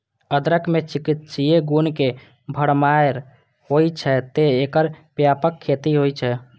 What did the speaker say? अदरक मे चिकित्सीय गुण के भरमार होइ छै, तें एकर व्यापक खेती होइ छै